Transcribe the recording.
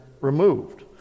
removed